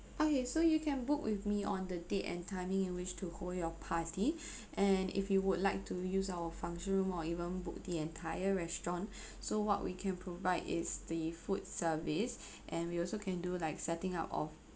okay so you can book with me on the date and timing you wish to hold your party and if you would like to use our function room or even book the entire restaurant so what we can provide is the food service and we also can do like setting up of